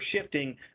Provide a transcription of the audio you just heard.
shifting